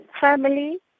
Family